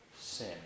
sin